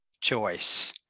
choice